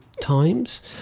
times